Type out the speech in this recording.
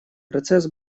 процесс